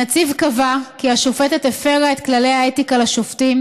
הנציב קבע כי השופטת הפרה את כללי האתיקה לשופטים